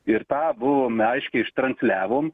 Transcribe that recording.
ir tą buvome aiškiai ištransliavom